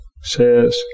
says